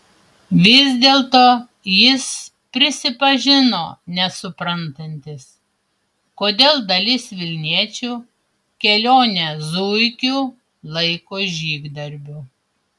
vis dėlto jis prisipažino nesuprantantis kodėl dalis vilniečių kelionę zuikiu laiko žygdarbiu